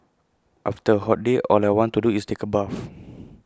after A hot day all I want to do is take A bath